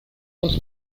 uns